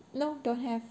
ya lor don't have